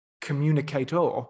communicator